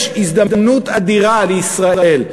יש הזדמנות אדירה לישראל,